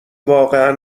واقعا